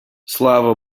слава